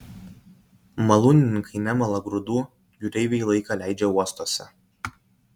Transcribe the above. malūnininkai nemala grūdų jūreiviai laiką leidžia uostuose